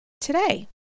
Today